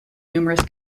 numerous